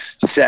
set